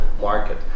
market